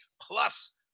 plus